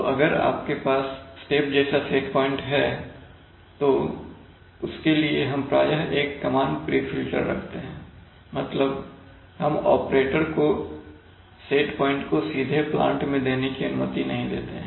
तो अगर आपके पास स्टेप जैसा सेट प्वाइंट है तो उसके लिए हम प्रायः एक कमांड प्री फिल्टर रखते हैं मतलब हम ऑपरेटर को सेट पॉइंट को सीधे प्लांट में देने की अनुमति नहीं देते हैं